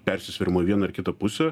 persisvėrimo į vieną ar kitą pusę